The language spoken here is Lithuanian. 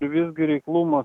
visgi reikluma